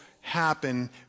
happen